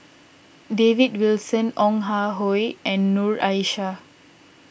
David Wilson Ong Ah Hoi and Noor Aishah